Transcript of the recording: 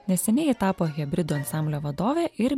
neseniai ji tapo hebridų ansamblio vadove ir